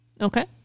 Okay